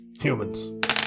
Humans